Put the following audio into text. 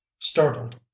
startled